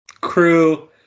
crew